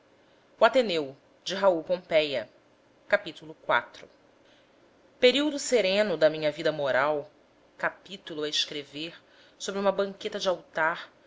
da providência período sereno da minha vida moral capitulo a escrever sobre uma banqueta de altar